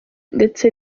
ndetse